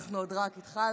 אנחנו עוד רק התחלנו,